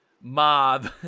mob